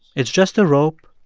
it's just the rope,